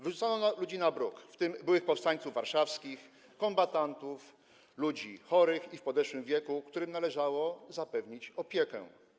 Wyrzucano ludzi na bruk, w tym byłych powstańców warszawskich, kombatantów, ludzi chorych i w podeszłym wieku, którym należało zapewnić opiekę.